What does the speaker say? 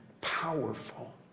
powerful